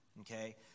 okay